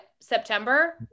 september